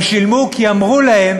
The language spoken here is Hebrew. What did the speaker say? הם שילמו כי אמרו להם